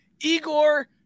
Igor